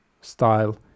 style